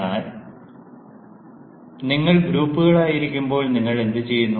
എന്നാൽ നിങ്ങൾ ഗ്രൂപ്പുകളായിരിക്കുമ്പോൾ നിങ്ങൾ എന്തുചെയ്യുന്നു